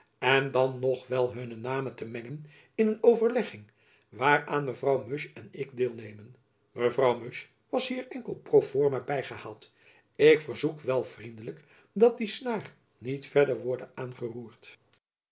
en dan nog wel hunne namen te mengen in een overlegging waaraan mevrouw musch en ik deelnemen mevrouw musch was hier enkel pro forma by gehaald ik verzoek wel vriendelijk dat die snaar niet verder worde aangeroerd